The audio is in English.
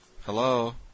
Hello